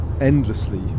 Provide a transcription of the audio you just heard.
endlessly